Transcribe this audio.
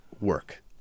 work